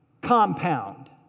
compound